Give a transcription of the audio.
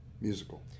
Musical